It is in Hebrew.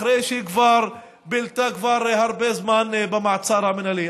אחרי שהיא כבר בילתה הרבה זמן במעצר המינהלי.